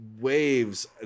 Waves